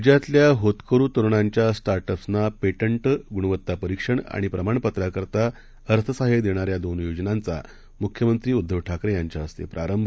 राज्यातल्याहोतकरुतरुणांच्यास्टार्टअप्सनापेटंटगुणवत्तापरीक्षणआणिप्रमाणपत्राकरताअर्थसहाय्यदेणाऱ्या दोन योजनांचा मुख्यमंत्री उद्धव ठाकरे यांच्या हस्ते प्रारंभ